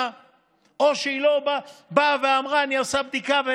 או שהיא לא באה ואמרה: אני עושה בדיקה.